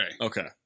okay